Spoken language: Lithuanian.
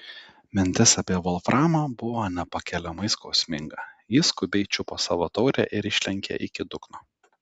mintis apie volframą buvo nepakeliamai skausminga ji skubiai čiupo savo taurę ir išlenkė iki dugno